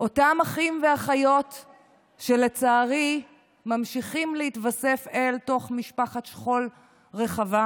אותם אחים ואחיות שלצערי ממשיכים להתווסף אל תוך משפחת שכול רחבה,